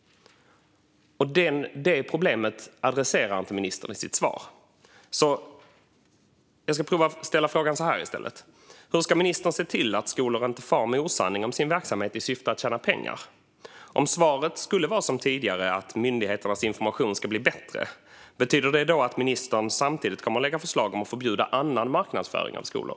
Det problemet adresserar ministern inte i sitt svar. Jag ska prova att ställa frågan så här i stället: Hur ska ministern se till att skolor inte far med osanning om sin verksamhet i syfte att tjäna pengar? Om svaret skulle vara detsamma som tidigare, alltså att myndigheternas information ska bli bättre, betyder det då att ministern samtidigt kommer att lägga fram förslag om att förbjuda annan marknadsföring av skolor?